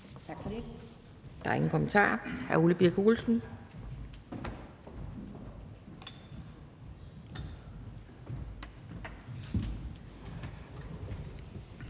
Tak for det. Der er ingen kommentarer. Hr. Ole Birk Olesen.